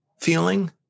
feeling